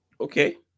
okay